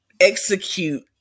execute